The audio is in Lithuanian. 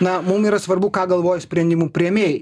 na mum yra svarbu ką galvoja sprendimų priėmėjai